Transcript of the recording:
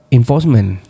enforcement